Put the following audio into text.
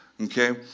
okay